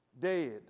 Dead